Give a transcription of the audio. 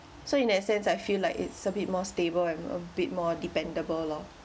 so in that sense I feel like it's a bit more stable and a bit more dependable lor